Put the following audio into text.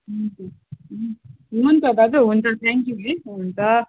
हुन्छ हुन हुन्छ दाजु हुन्छ थ्याङ्क्यु है हुन्छ